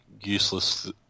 useless